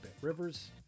Rivers